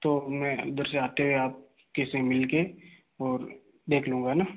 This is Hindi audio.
तो मैं उधर से आते हुए आपके से मिल कर और देख लूँगा ना